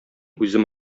үзем